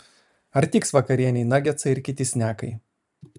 ar tiks vakarienei nagetsai ir kiti snekai